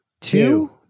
two